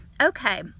okay